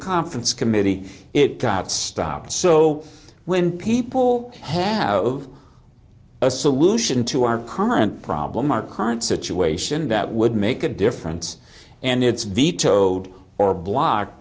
conference committee it stopped so when people have a solution to our current problem our current situation that would make a difference and it's vetoed or block